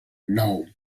nou